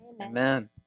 Amen